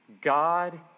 God